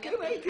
לנסות